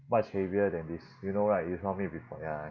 much heavier than this you know right you saw me before ya